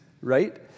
right